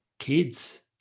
Kids